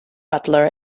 butler